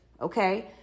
okay